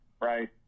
right